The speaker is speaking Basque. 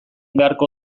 beharko